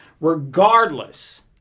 regardless